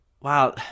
Wow